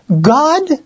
God